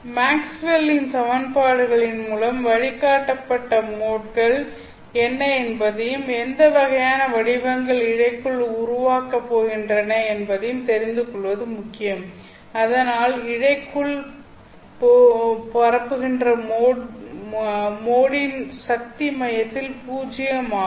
மேக்ஸ்வெல்லின் Maxwell's சமன்பாடுகளின் மூலம் வழிகாட்டப்பட்ட மோட்கள் என்ன என்பதையும் எந்த வகையான வடிவங்கள் இழைக்குள் உருவாக்கப் போகின்றன என்பதையும் தெரிந்துகொள்வது முக்கியம் அதனால் இழைக்குள் பரப்புகின்ற மோடின் சக்தி மையத்தில் பூஜ்ஜியம் ஆகும்